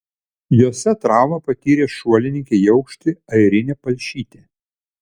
jose traumą patyrė šuolininkė į aukštį airinė palšytė